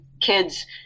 kids